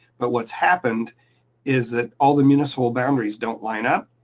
but what's happened is that all the municipal boundaries don't line up,